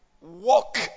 walk